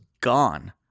gone